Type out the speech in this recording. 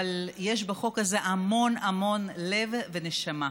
אבל יש בחוק הזה המון המון לב ונשמה.